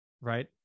right